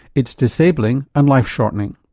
it's disabling and life shortening.